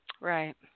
Right